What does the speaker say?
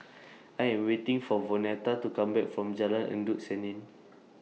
I Am waiting For Vonetta to Come Back from Jalan Endut Senin